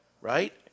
Right